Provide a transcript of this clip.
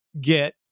get